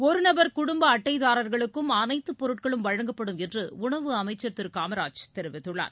ஒரு நபர் குடும்ப அட்டைதாரர்களுக்கும் அனைத்து பொருட்களும் வழங்கப்படும் என்று உணவு அமைச்சர் திரு காமராஜ் தெரிவித்துள்ளார்